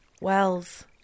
wells